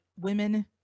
women